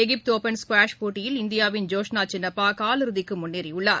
எகிப்து open squash போட்டியில் இந்தியாவின் ஜோஸ்னா சின்னப்பா காலிறுதிக்கு முன்னேறியுள்ளார்